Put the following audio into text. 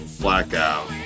blackout